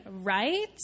right